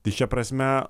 tai šia prasme